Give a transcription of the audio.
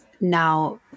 now